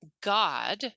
god